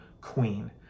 queen